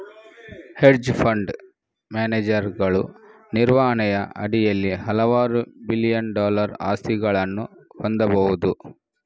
hedge fund ಮ್ಯಾನೇಜರುಗಳು ನಿರ್ವಹಣೆಯ ಅಡಿಯಲ್ಲಿ ಹಲವಾರು ಬಿಲಿಯನ್ ಡಾಲರ್ ಆಸ್ತಿಗಳನ್ನು ಹೊಂದಬಹುದು